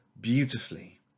beautifully